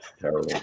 terrible